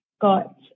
got